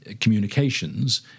communications